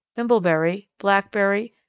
thimbleberry, blackberry,